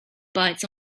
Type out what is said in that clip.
bites